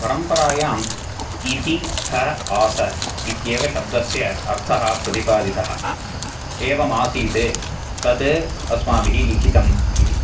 परम्परायाम् इति ह आस इत्येव शब्दस्य अर्थः प्रतिपादितः एवम् आसीत तत् अस्माभिः लिखितम् इति